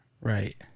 right